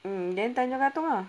um then tanjong katong ah